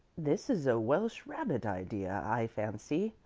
this is a welsh-rabbit idea, i fancy,